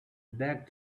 back